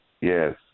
yes